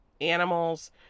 animals